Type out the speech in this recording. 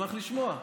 נשמח לשמוע.